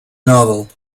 novel